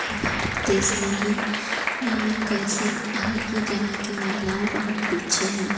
कि भारत देश में ही वह एक ऐसा है कि जहाँ की महिलाएँ बहुत पीछे हैं